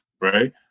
right